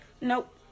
nope